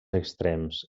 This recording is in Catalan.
extrems